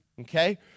okay